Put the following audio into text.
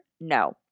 no